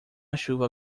chuva